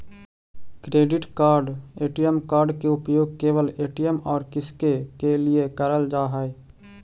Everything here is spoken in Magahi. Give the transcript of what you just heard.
क्रेडिट कार्ड ए.टी.एम कार्ड के उपयोग केवल ए.टी.एम और किसके के लिए करल जा है?